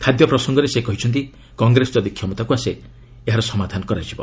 ଖାଦ୍ୟ ପ୍ରସଙ୍ଗରେ ସେ କହିଛନ୍ତି କଂଗ୍ରେସ ଯଦି କ୍ଷମତାକୁ ଆସେ ଏହାର ସମାଧାନ କରାଯିବ